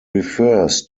refers